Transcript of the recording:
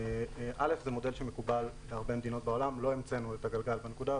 זה מודל שמקובל בהרבה מדינות בעולם ולא המצאנו את הגלגל בנקודה הזאת.